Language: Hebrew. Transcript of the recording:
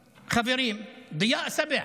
חברים, בדיא סבע.